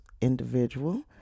individual